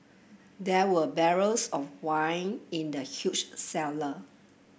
there were barrels of wine in the huge cellar